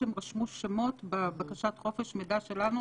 שהם רשמו שמות בבקשת חופש המידע שלנו,